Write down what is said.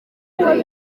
kuri